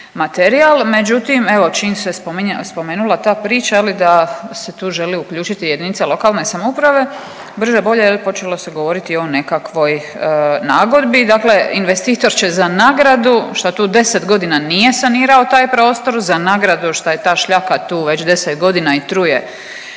materijal, međutim, evo čim se spominje, a spomenula ta priča, je li, da se tu želi uključiti jedinica lokalne samouprave, brže bolje, je li, počelo se govoriti o nekakvoj nagodbi, dakle investitor će za nagradu što tu 10 godina nije sanirao taj prostor, za nagradu šta je ta šljaka tu već 10 godina i truje